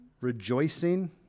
Rejoicing